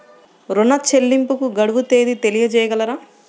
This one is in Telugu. ఋణ చెల్లింపుకు గడువు తేదీ తెలియచేయగలరా?